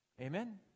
Amen